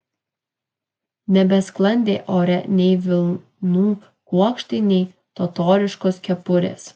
nebesklandė ore nei vilnų kuokštai nei totoriškos kepurės